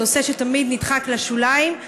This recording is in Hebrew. זה נושא שתמיד נדחק לשוליים,